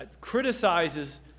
criticizes